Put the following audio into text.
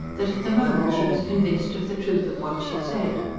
that, at the moment, she was convinced of the truth of what she said.